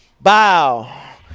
bow